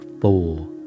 four